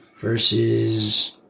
versus